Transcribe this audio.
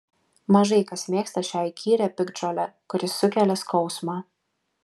mažai kas mėgsta šią įkyrią piktžolę kuri sukelia skausmą